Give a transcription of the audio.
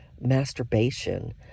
masturbation